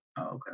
okay